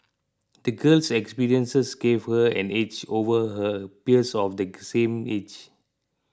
the girl's experiences gave her an edge over her peers of the same age